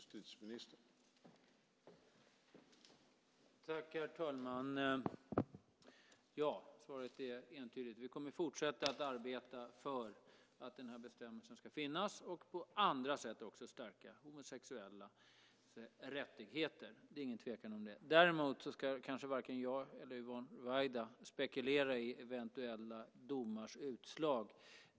Herr talman! Svaret är entydigt: Vi kommer att fortsätta arbeta för att den här bestämmelsen ska finnas och också på andra sätt stärka homosexuellas rättigheter. Det är ingen tvekan om det. Däremot ska kanske varken jag eller Yvonne Ruwaida spekulera i eventuella domars utslag.